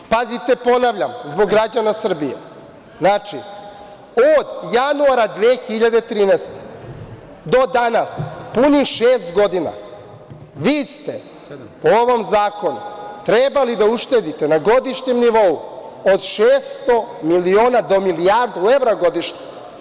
Pazite, ponavljam, zbog građana Srbije, znači od januara 2013. godine do danas, punih šest godina vi ste po ovom zakonu trebali da uštedite na godišnjem nivou od 600 miliona do milijardu evra godišnje.